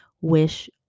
wish